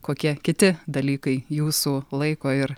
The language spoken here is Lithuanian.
kokie kiti dalykai jūsų laiko ir